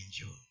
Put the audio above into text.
enjoy